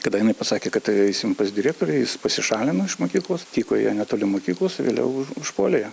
kada jinai pasakė kad tai eisim pas direktorę jis pasišalino iš mokyklos tykojo netoli mokyklos vėliau užpuolė ją